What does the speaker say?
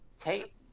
Take